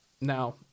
Now